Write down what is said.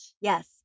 Yes